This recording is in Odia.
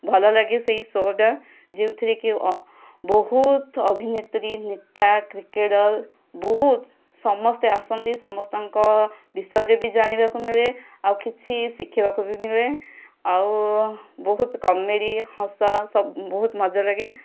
ଭଲଲାଗେ ସେଇ ଶୋଟା ଯେଉଁଥିରେ କି ବହୁତ ଅଭିନେତ୍ରୀ ନେତା କ୍ରିକେଟର ବହୁତ ସମସ୍ତେ ଆସନ୍ତି ସମସ୍ତଙ୍କ ବିଷୟରେ ବି ଜାଣିବାକୁ ମିଳେ ଆଉ କିଛି ଶିଖିବାକୁ ବି ମିଳେ ଆଉ ବହୁତ କମେଡୀ ହସ ବହୁତ ମଜାଲାଗେ